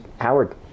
Howard